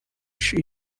she